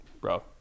bro